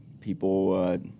people